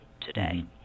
today